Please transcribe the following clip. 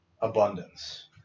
Abundance